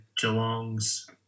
Geelong's